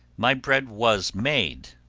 my bread was made,